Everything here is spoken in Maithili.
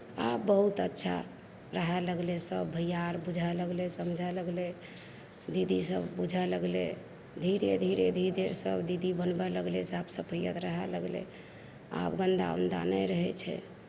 आब बहुत अच्छा रहै लगलै सब भैया आर समझै लगलै दीदी सब बुझै लगलै धीरे धीरे धीरे सब दीदी बनबऽ लगलै साफ सफैयत रहै लगलै आब गन्दा ओन्दा नहि रहैत छै